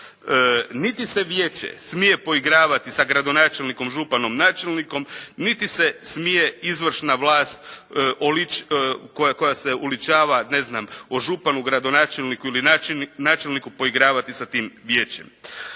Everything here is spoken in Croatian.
Niti se vijeće smije poigravati sa gradonačelnikom, županom, načelnikom niti se smije izvršna vlast koja se uličava o županu, gradonačelniku, načelniku poigravati sa tim vijećem.